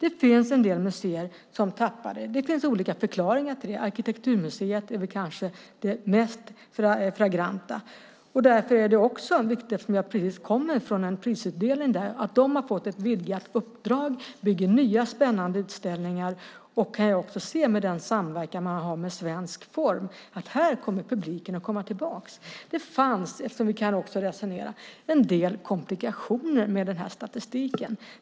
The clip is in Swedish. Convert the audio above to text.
En del museer har tappat besökare, och det finns olika förklaringar till det. Arkitekturmuseet är kanske det mest flagranta exemplet. Därför är det också viktigt - jag kommer precis från en prisutdelning där - att de har fått ett vidgat uppdrag och bygger nya spännande utställningar i samverkan med svensk form. Publiken kommer att komma tillbaka. Det fanns en del komplikationer med denna statistik.